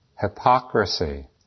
hypocrisy